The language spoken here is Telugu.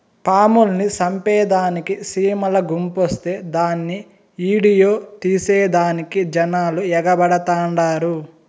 పాముల్ని సంపేదానికి సీమల గుంపొస్తే దాన్ని ఈడియో తీసేదానికి జనాలు ఎగబడతండారు